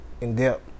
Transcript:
in-depth